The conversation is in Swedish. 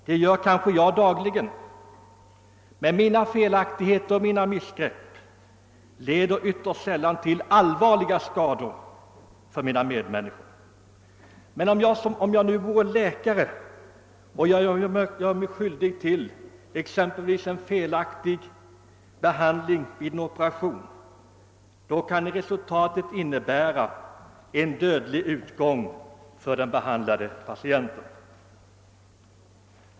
Det gör jag kanske dagligen, men mina felaktigheter och mina missgrepp leder ytterst sällan till allvarliga skador för mina medmänniskor. Men om jag nu vore läkare och gjorde mig skyldig till exempelvis en felaktig behandling vid en operation kunde resultatet innebära dödlig utgång för den behandlade patienten.